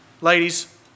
Ladies